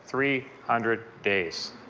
three hundred days.